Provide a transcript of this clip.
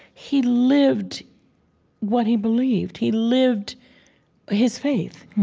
he lived what he believed. he lived his faith.